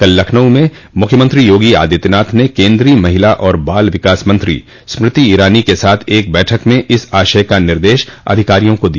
कल लखनऊ में मुख्यमंत्री योगी आदित्यनाथ ने केन्द्रीय महिला और बाल विकास मंत्री स्मृति ईरानी के साथ एक बैठक म इस आशय का निर्देश अधिकारिया को दिया